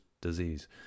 disease